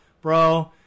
bro